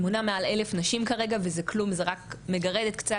היא מונה מעל 1,000 נשים כרגע וזה כלום זה רק 'מגרד את קצה הקרחון',